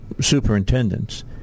superintendents